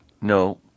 No